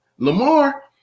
Lamar